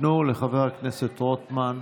תנו לחבר הכנסת רוטמן.